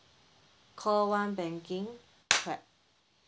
call one banking clap